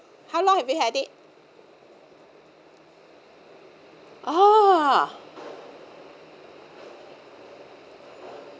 how long have you had it oh